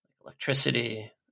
electricity